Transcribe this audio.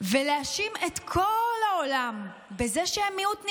ולהאשים את כל העולם בזה שהם מיעוט נרדף.